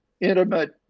intimate